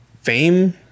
fame